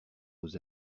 aux